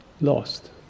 lost